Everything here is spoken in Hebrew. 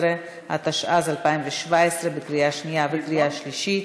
19), התשע"ז 2017, לקריאה שנייה וקריאה שלישית.